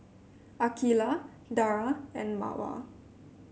Aqeelah Dara and Mawar